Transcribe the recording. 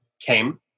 came